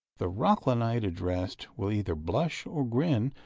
the rocklinite addressed will either blush or grin,